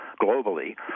globally